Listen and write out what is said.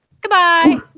Goodbye